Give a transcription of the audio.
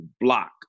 block